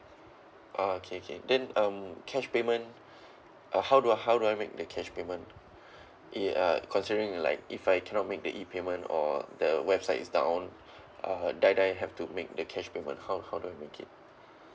orh okay okay then um cash payment uh how do I how do I make the cash payment it uh considering like if I cannot make the E payment or the website is down uh die die have to make the cash payment how how do I make it